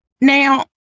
now